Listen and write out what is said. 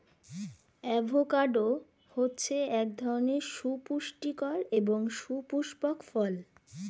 avocado হচ্ছে এক ধরনের সুপুস্টিকর এবং সুপুস্পক ফল